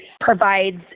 provides